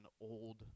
old